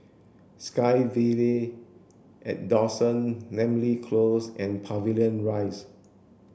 SkyVille at Dawson Namly Close and Pavilion Rise